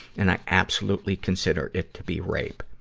and i absolutely consider it to be rape.